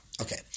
Okay